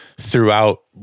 throughout